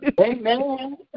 Amen